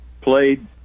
played